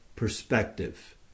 perspective